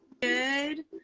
good